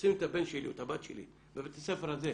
לשים את הבן שלי או את הבת שלי בבית הספר הזה,